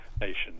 nation